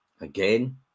Again